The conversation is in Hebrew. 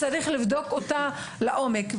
צריך לבדוק אותה לעומק.